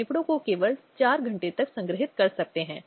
वे समाज में पुरुष और पत्नी के रूप में आगे बढ़ रहे हैं